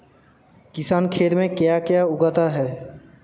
किसान खेत में क्या क्या उगाता है?